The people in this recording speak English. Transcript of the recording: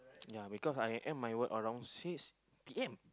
ya because I end my work around six p_m